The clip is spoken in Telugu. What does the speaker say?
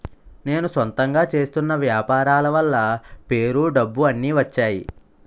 నేను సొంతంగా చేస్తున్న వ్యాపారాల వల్ల పేరు డబ్బు అన్ని వచ్చేయి